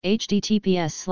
https